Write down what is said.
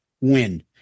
win